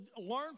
learn